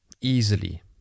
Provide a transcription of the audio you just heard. easily